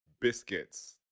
biscuits